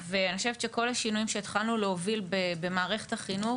ואני חושבת שכל השינויים שהתחלנו להוביל במערכת החינוך